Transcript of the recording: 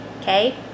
okay